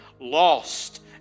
lost